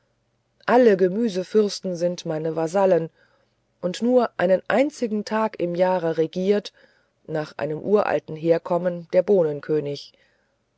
alle gemüsefürsten sind meine vasallen und nur einen einzigen tag im jahre regiert nach einem uralten herkommen der